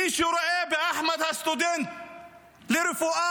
מי שרואה באחמד הסטודנט לרפואה,